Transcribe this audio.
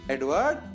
Edward